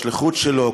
בשליחות שלו,